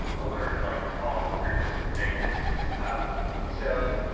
ah alert like to call groups of pacnreases. um so,